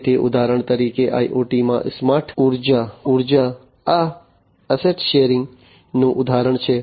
તેથી ઉદાહરણ તરીકે IoT માં સ્માર્ટ ઊર્જા સ્માર્ટ ઊર્જા આ એસેટ્સ શેરિંગ મોડલનું ઉદાહરણ છે